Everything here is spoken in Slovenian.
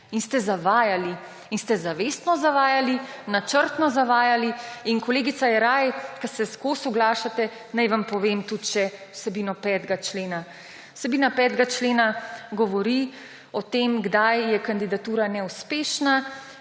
In ste zavajali! In ste zavestno zavajali, načrtno zavajali. Kolegica Jeraj, ki se ves čas oglašate, naj vam povem še vsebino 5. člena. Vsebina 5. člena govori o tem, kdaj je kandidatura neuspešna,